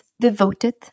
devoted